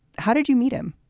how did you meet him?